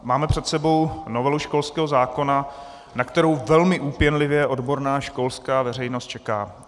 Máme před sebou novelu školského zákona, na kterou velmi úpěnlivě odborná školská veřejnost čeká.